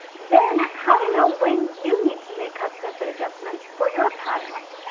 then how to know when you need to make custom fit adjustments for your patterns.